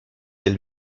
del